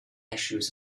issues